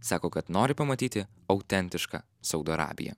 sako kad nori pamatyti autentišką saudo arabiją